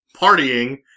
Partying